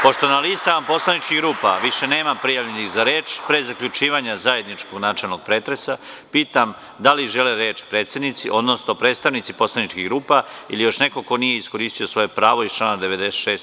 Pošto na listama poslaničkih grupa više nema prijavljenih za reč, pre zaključivanja zajedničkog načelnog pretresa, pitam da li žele reč predsednici, odnosno predstavnici poslaničkih grupa ili još neko ko nije iskoristio svoje prvo iz člana 96.